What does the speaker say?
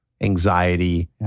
anxiety